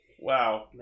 Wow